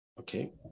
Okay